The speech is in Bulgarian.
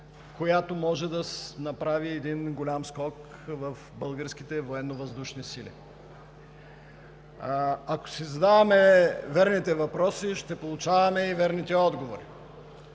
която може да направи един голям скок в българските Военновъздушни сили. Ако си задаваме верните въпроси, ще получаваме и верните отговори.